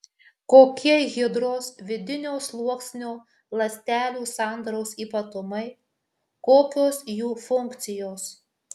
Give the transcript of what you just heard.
kokie hidros vidinio sluoksnio ląstelių sandaros ypatumai kokios jų funkcijos